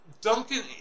Duncan